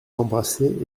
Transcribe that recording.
l’embrasser